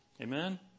Amen